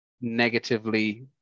negatively